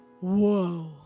whoa